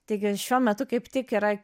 taigi šiuo metu kaip tik yra